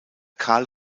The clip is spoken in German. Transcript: carl